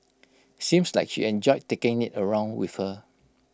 seems like she enjoyed taking IT around with her